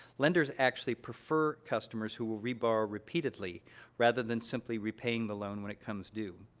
lenders actually prefer customers who will reborrow repeatedly rather than simply repaying the loan when it comes due.